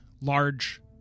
large